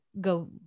go